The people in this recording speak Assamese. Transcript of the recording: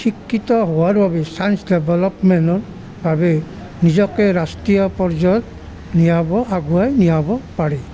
শিক্ষিত হোৱাৰ বাবে ছাইন্স ডেভেলপমেণ্টৰ বাবে নিজকৈ ৰাষ্ট্ৰীয় পৰ্যায়ত নিয়াব আগুৱাই নিয়াব পাৰে